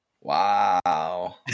Wow